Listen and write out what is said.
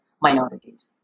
minorities